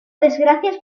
desgracias